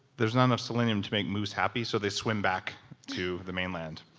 there's not enough selenium to make moose happy so they swim back to the mainland.